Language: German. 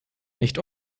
nicht